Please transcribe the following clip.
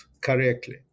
correctly